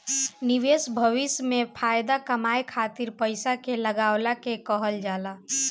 निवेश भविष्य में फाएदा कमाए खातिर पईसा के लगवला के कहल जाला